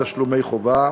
מדובר בפועל בתשלומי חובה.